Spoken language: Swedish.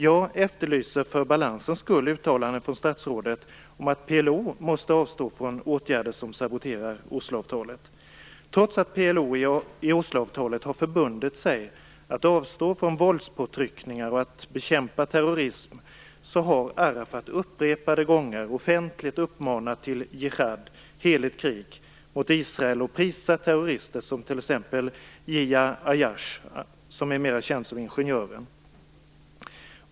Jag efterlyser för balansens skull uttalanden från statsrådet om att PLO måste avstå från åtgärder som saboterar Osloavtalet. Trots att PLO i Osloavtalet har förbundit sig att avstå från våldspåtryckningar och att bekämpa terrorism har Arafat upprepade gånger offentligt uppmanat till Jihad, heligt krig, mot Israel. Han har prisat terrorister som t.ex. Yihya Ayyash, mer känd som "ingenjören".